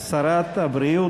שרת הבריאות,